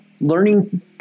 learning